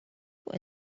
fuq